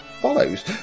follows